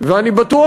ואני בטוח,